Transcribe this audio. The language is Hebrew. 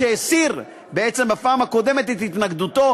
שהסיר בעצם בפעם הקודמת את התנגדותו,